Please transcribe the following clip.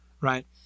Right